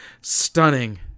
stunning